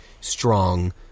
strong